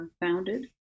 founded